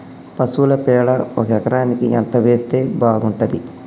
పశువుల పేడ ఒక ఎకరానికి ఎంత వేస్తే బాగుంటది?